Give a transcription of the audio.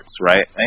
Right